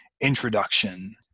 introduction